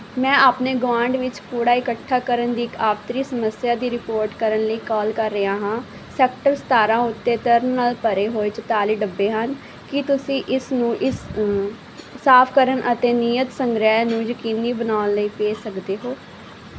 ਮੈਂ ਆਪਨੇ ਗੁਆਂਢ ਵਿੱਚ ਕੂੜਾ ਇਕੱਠਾ ਕਰਨ ਦੀ ਇੱਕ ਆਵਤਰੀ ਸਮੱਸਿਆ ਦੀ ਰਿਪੋਰਟ ਕਰਨ ਲਈ ਕੋਲ ਕਰ ਰਿਹਾ ਹਾਂ ਸੈਕਟਰ ਸਤਾਰਾਂ ਉੱਤੇ ਤਰਲ ਨਾਲ ਭਰੇ ਹੋਏ ਚੁਤਾਲੀ ਡੱਬੇ ਹਨ ਕੀ ਤੁਸੀਂ ਇਸ ਨੂੰ ਇਸ ਸਾਫ਼ ਕਰਨ ਅਤੇ ਨਿਯਤ ਸੰਗ੍ਰਹਿ ਨੂੰ ਯਕੀਨੀ ਬਣਾਉਣ ਲਈ ਭੇਜ ਸਕਦੇ ਹੋ